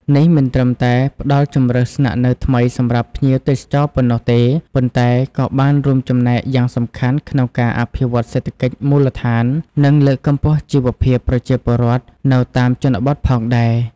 នេះមិនត្រឹមតែផ្តល់ជម្រើសស្នាក់នៅថ្មីសម្រាប់ភ្ញៀវទេសចរប៉ុណ្ណោះទេ ប៉ុន្តែក៏បានរួមចំណែកយ៉ាងសំខាន់ក្នុងការអភិវឌ្ឍសេដ្ឋកិច្ចមូលដ្ឋាន និងលើកកម្ពស់ជីវភាពប្រជាពលរដ្ឋនៅតាមជនបទផងដែរ។